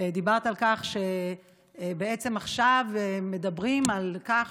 דיברת על כך שבעצם עכשיו מדברים על כך